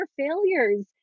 failures